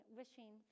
wishing